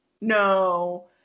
No